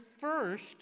first